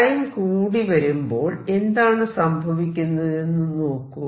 time കൂടി വരുമ്പോൾ എന്താണ് സംഭവിക്കുന്നതെന്ന് നോക്കൂ